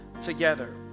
together